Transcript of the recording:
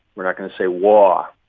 we're not going to say wahr.